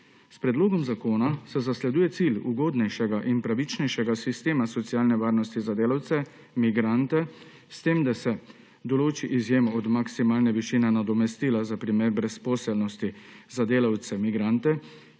S predlogom zakona se zasleduje cilj ugodnejšega in pravičnejšega sistema socialne varnosti za delavce migrante s tem, da se določi izjemo od maksimalne višine nadomestila za primer brezposelnosti za delavce migrante,